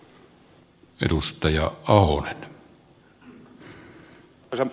arvoisa herra puhemies